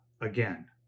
again